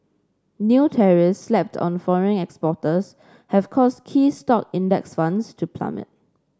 new tariffs slapped on foreign exporters have caused key stock index funds to plummet